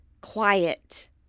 quiet